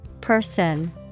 Person